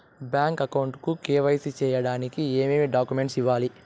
Bank account కు KYC సేయడానికి ఏమేమి డాక్యుమెంట్ ఇవ్వాలి?